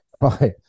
right